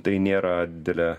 tai nėra didelė